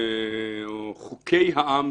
או חוקי העם,